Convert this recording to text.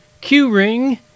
Q-ring